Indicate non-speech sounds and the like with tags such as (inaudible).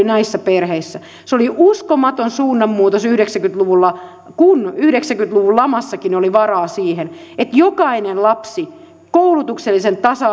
(unintelligible) näissä perheissä se oli uskomaton suunnanmuutos yhdeksänkymmentä luvulla kun yhdeksänkymmentä luvun lamassakin oli varaa siihen että jokainen lapsi koulutuksellisen tasa (unintelligible)